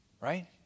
Right